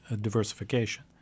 diversification